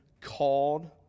called